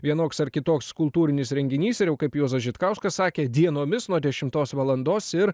vienoks ar kitoks kultūrinis renginys ir jau kaip juozas žitkauskas sakė dienomis nuo dešimtos valandos ir